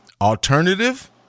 Alternative